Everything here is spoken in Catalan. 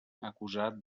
acusat